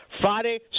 Friday